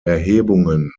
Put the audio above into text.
erhebungen